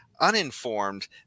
uninformed